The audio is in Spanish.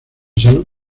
salud